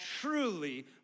truly